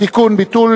תודה רבה.